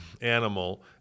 animal